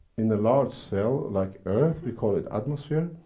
in the large cell like earth, we call it atmosphere.